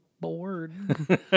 bored